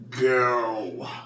go